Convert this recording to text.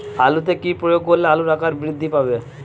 আলুতে কি প্রয়োগ করলে আলুর আকার বৃদ্ধি পাবে?